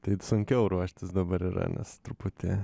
tai sunkiau ruoštis dabar yra nes truputį